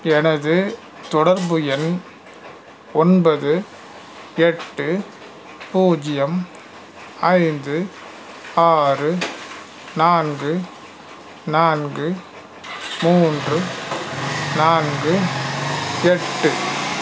எனது தொடர்பு எண் ஒன்பது எட்டு பூஜ்ஜியம் ஐந்து ஆறு நான்கு நான்கு மூன்று நான்கு எட்டு